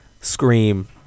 Scream